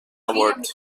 award